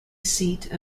seat